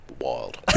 Wild